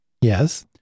yes